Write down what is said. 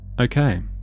Okay